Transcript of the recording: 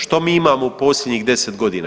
Što mi imamo u posljednjih 10 godina?